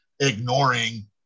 ignoring